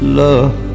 love